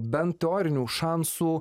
bent teorinių šansų